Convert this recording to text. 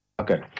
Okay